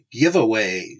giveaways